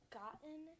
gotten